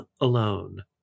alone